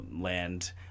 land